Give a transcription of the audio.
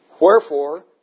Wherefore